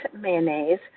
mayonnaise